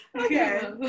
Okay